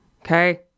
Okay